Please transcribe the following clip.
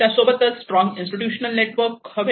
त्यासोबतच strong institution network हवे